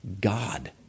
God